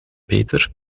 peter